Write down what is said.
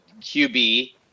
QB